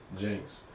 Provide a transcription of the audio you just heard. Jinx